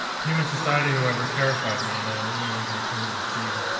human society, however, terrified me and i only wanted to return to the sea.